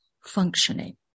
functioning